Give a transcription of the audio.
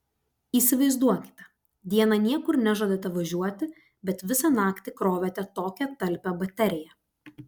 įsivaizduokite dieną niekur nežadate važiuoti bet visą naktį krovėte tokią talpią bateriją